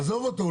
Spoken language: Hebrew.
עזוב אותו,